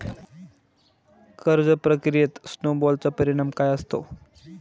कर्ज प्रक्रियेत स्नो बॉलचा परिणाम काय असतो?